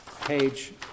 page